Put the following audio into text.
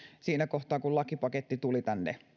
siinä kohtaa kun lakipaketti tuli tänne